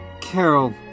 Carol